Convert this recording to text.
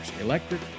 electric